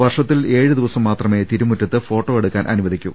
വർഷത്തിൽ ഏഴ് ദിവസം മാത്രമേ തിരുമുറ്റത്ത് ഫോട്ടോ എടുക്കാനനുവദിക്കൂ